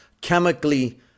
chemically